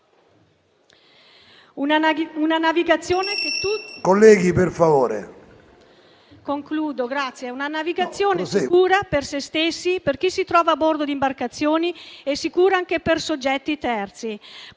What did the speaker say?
Una navigazione sicura per se stessi, per chi si trova a bordo di imbarcazioni e anche per soggetti terzi: